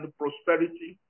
prosperity